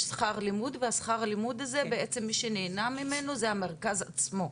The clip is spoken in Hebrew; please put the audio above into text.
יש שכר לימוד ושכר הלימוד הזה בעצם מי שנהנה ממנו זה המרכז עצמו.